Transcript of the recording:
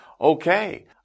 Okay